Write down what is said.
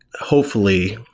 hopefully,